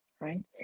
right